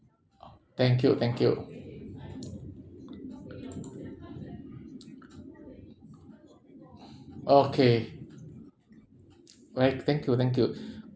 thank you thank you okay alright thank you thank you